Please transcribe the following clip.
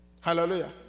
Hallelujah